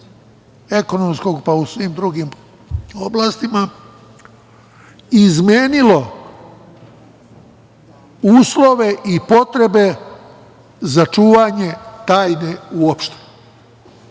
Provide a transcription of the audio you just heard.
ekonomskog pa i u svim drugim oblastima, izmenilo uslove i potrebe za čuvanje tajne uopšte. Ja